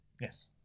Yes